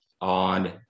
on